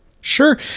Sure